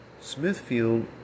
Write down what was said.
Smithfield